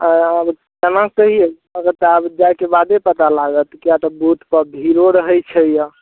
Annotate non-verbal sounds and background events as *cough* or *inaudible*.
*unintelligible* जाइके बादे पता लागत किए तऽ बूथपर भीड़ो रहै छै